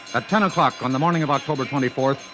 at ten o'clock on the morning of october twenty fourth,